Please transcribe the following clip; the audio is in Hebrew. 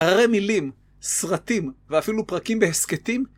הררי מילים, סרטים ואפילו פרקים בהסכתים?